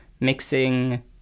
mixing